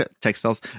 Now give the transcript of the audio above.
textiles